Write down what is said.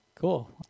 Cool